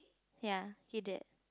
ya he did